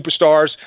superstars